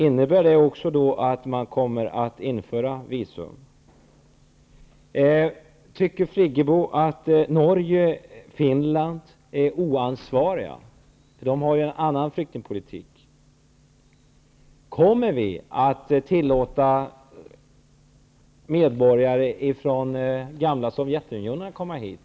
Innebär det att visum kommer att införas? Anser Birgit Friggebo att man i Norge och Finland är oansvarig, eftersom en annan flyktingpolitik tillämpas där? Kommer vi att tillåta medborgare från gamla Sovjetunionen att komma hit?